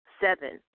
Seven